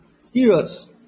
Serious